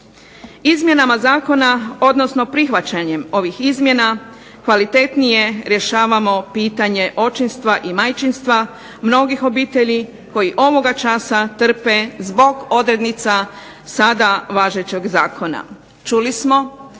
Izmjenama zakona odnosno prihvaćanjem ovih izmjena kvalitetnije rješavamo pitanje očinstva i majčinstva mnogih obitelji koji ovoga časa trpe zbog odrednica sada važećeg zakona. Čuli smo